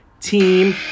team